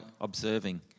observing